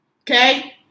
Okay